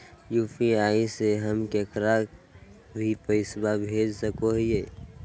UPI से हम केकरो भी पैसा भेज सको हियै?